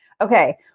Okay